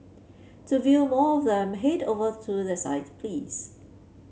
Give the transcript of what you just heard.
to view more of them head over to their site please